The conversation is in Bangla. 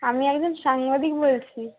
আমি একজন সাংবাদিক বলছি